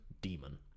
demon